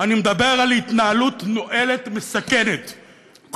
אני מדבר על התנהלות נואלת ומסכנת,